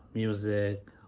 music,